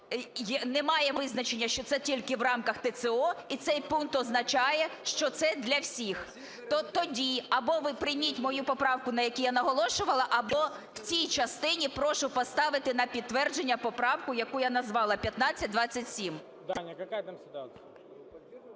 Немає визначення, що це тільки в рамках ТЦО, і цей пункт означає, що це для всіх. Тоді або ви прийміть мою поправку, на якій я наголошувала, або в цій частині прошу поставити на підтвердження поправку, яку я назвала: 1527.